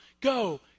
go